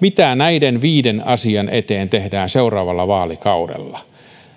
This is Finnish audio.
mitä näiden viiden asian eteen tehdään seuraavalla vaalikaudella